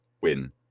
win